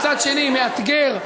אני מתנגד.